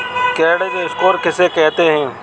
Credit score किसे कहते हैं?